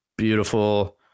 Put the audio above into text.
beautiful